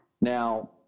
Now